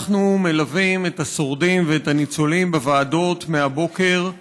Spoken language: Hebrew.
אנחנו מלווים את השורדים ואת הניצולים בוועדות מהבוקר,